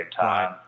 time